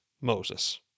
Moses